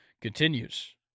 continues